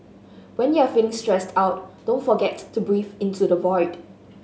when you are feeling stressed out don't forget to breathe into the void